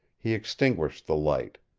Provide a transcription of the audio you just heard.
he extinguished the light.